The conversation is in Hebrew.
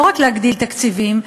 לא רק להגדיל תקציבים,